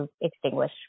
extinguish